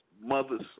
mothers